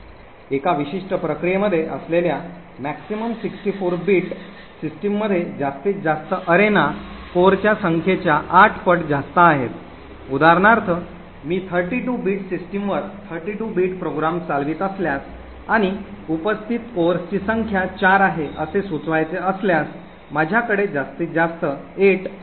एका विशिष्ट प्रक्रियेमध्ये असलेल्या maximum 64 बिट सिस्टममध्ये जास्तीत जास्त अरेना कोरच्या संख्येच्या 8 पट जास्त आहेत उदाहरणार्थ मी 32 बिट सिस्टमवर 32 बिट प्रोग्राम चालवित असल्यास आणि उपस्थित कोरेची संख्या 4 आहे असे सुचवायचे असल्यास माझ्याकडे जास्तीत जास्त 8 भिन्न अरेना असू शकतात